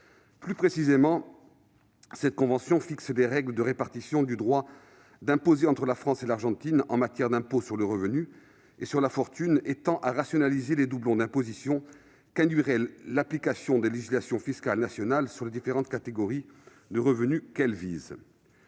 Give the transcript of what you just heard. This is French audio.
Plus précisément, cette convention fixe les règles de répartition du droit d'imposer entre la France et l'Argentine en matière d'impôts sur le revenu et sur la fortune et tend à rationaliser les doublons d'imposition qu'induirait l'application des législations fiscales nationales sur les différentes catégories de revenus qu'elle vise.